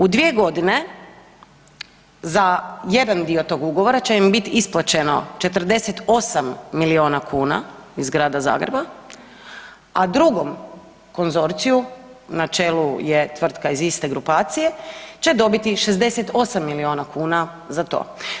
U 2.g. za jedan dio tog ugovora će im bit isplaćeno 48 milijuna kuna iz Grada Zagreba, a drugom konzorciju na čelu je tvrtka iz iste grupacije će dobiti 68 milijuna kuna za to.